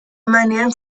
emanean